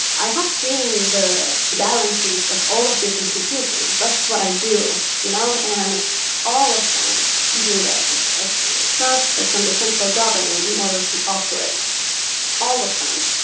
i have seen the balance sheets of all of these institutions. that's what i do, you know? and all of them needed transfers from the central government in order to operate all of them.